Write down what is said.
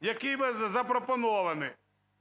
який запропонований.